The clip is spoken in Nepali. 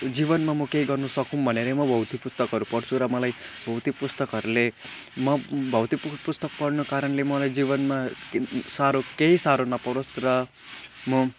जीवनमा म केही गर्न सकुँ भनेरै म भौतिक पुस्तकहरू पढ्छु र मलाई भौतिक पुस्तकहरूले म भौतिक पुस्तक पढ्नको कारणले मलाई जीवनमा साह्रो केही साह्रो नपरोस् र म